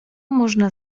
można